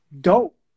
dope